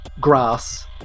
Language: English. Grass